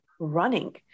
running